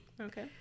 okay